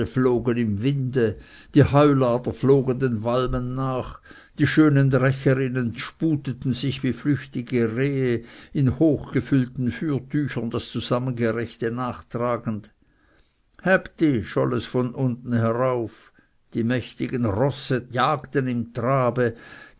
im winde die heulader flogen den walmen nach die schönen recherinnen spudeten sich wie flüchtige rehe in hochgefüllten fürtüchern das zusammengerechete nachtragend häb dih scholl es von unten herauf die mächtigen rosse jagten im trabe